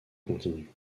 continue